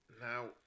Now